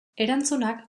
erantzunak